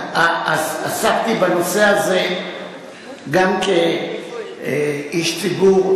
עסקתי בנושא הזה גם כאיש ציבור,